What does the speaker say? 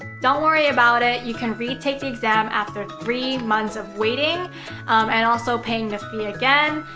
don't worry about it. you can retake the exam after three months of waiting and also paying the fee again.